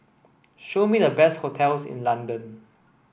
show me the best hotels in London